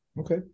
Okay